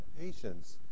patients